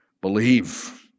believe